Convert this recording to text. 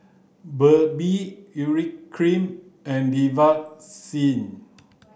Burt Bee Urea cream and